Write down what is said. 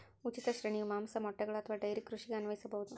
ಉಚಿತ ಶ್ರೇಣಿಯು ಮಾಂಸ, ಮೊಟ್ಟೆಗಳು ಅಥವಾ ಡೈರಿ ಕೃಷಿಗೆ ಅನ್ವಯಿಸಬಹುದು